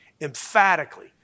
emphatically